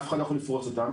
אף אחד לא יכול לפרוץ אותם.